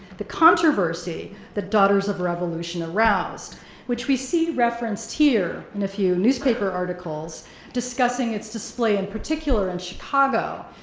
the controversy that daughters of revolution aroused which we see referenced here in a few newspaper articles discussing its display in particular, in chicago,